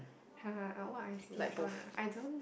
what I stinge on ah I don't